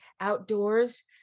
outdoors